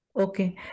Okay